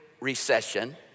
recession